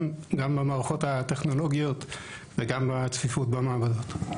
במערכות הטכנולוגיות וגם בצפיפות במעבדות.